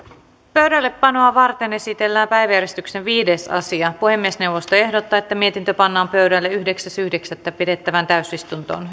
pöydällepanoa varten esitellään päiväjärjestyksen viides asia puhemiesneuvosto ehdottaa että mietintö pannaan pöydälle yhdeksäs yhdeksättä kaksituhattaviisitoista pidettävään täysistuntoon